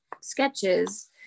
sketches